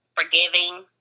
forgiving